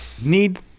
need